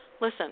listen